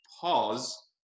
pause